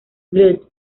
blood